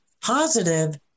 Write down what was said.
positive